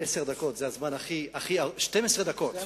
12 דקות?